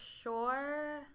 sure